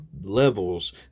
levels